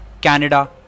Canada